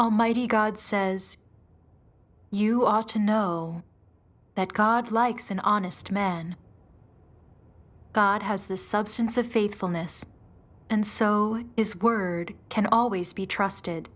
almighty god says you ought to know that god likes and honest men god has the substance of faithfulness and so his word can always be trusted